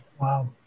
Wow